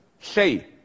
say